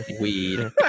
Weed